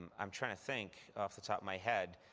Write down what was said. um i'm trying to think off the top my head.